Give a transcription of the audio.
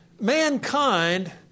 mankind